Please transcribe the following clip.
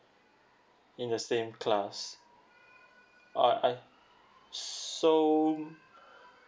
in the same class uh ah so